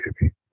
baby